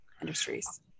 industries